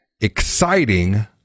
exciting